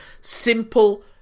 simple